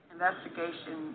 Investigation